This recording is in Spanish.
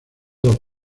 dos